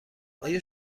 آیا